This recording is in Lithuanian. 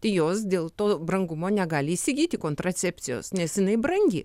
tai jos dėl to brangumo negali įsigyti kontracepcijos nes jinai brangi